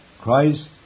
Christ